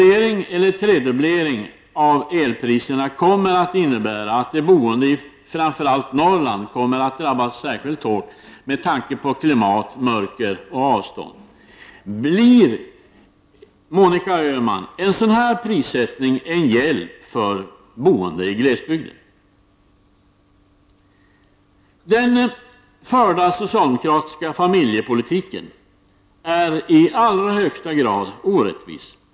En tredubblering av elpriset kommer att innebära att de boende i framför allt Norrland kommer att drabbas särskilt hårt med tanke på klimat, mörker och avstånd. Blir, Monica Öhman, en sådan här prissättning en hjälp för boende i glesbygden? Herr talman! Den förda socialdemokratiska familjepolitiken är i allra högsta grad orättvis.